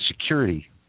security